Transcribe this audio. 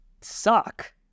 suck